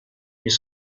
ils